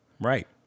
right